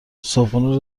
صبحونه